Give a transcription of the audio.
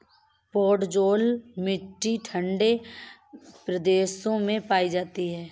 podzol मिट्टी ठंडे प्रदेशों में पाई जाती है